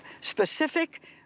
specific